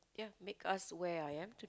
yeah make us where I am to